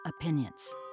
opinions